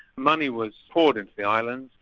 money was poured into the island,